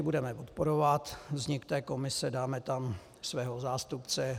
Budeme podporovat vznik komise, dáme tam svého zástupce.